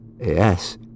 Yes